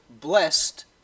blessed